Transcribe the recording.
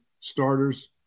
starters